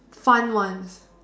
fun ones